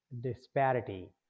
disparity